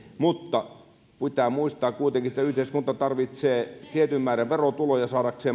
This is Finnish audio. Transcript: mutta pitää muistaa kuitenkin että yhteiskunta tarvitsee tietyn määrän verotuloja saadakseen